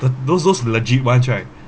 those those legit ones right